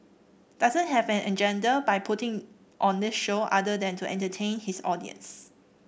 doesn't have an agenda by putting on this show other than to entertain his audience